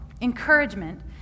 encouragement